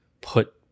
put